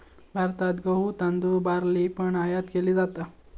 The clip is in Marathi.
भारतात गहु, तांदुळ, बार्ली पण आयात केली जाता